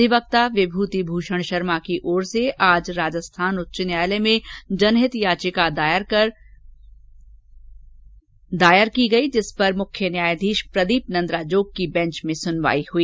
अधिवक्ता विमूति भूषण शर्मा की ओर से आज राजस्थान उच्च न्यायालय में जनहित याचिका दायर की गयी जिस पर मुख्य न्यायाधीश प्रदीप नंद्राजोग की बेंच में सुनवाई हुई